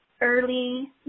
early